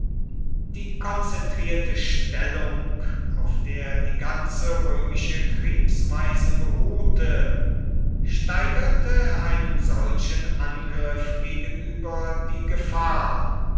die konzentrierte stellung auf der die ganze römische kriegsweise beruhte steigerte einem solchen angriff gegenüber die gefahr